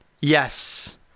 Yes